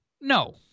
No